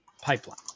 pipeline